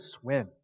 swim